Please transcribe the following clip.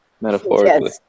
metaphorically